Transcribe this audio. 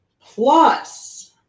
plus